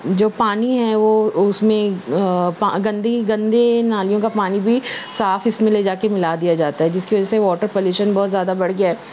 جو پانی ہے وہ اس میں گندگی گندے نالیوں کا پانی بھی صاف اس میں لے جا کے ملا دیا جاتا ہے جس کی وجہ سے واٹر پولیشن بہت زیادہ بڑھ گیا ہے